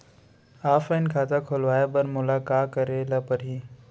Offline खाता खोलवाय बर मोला का करे ल परही?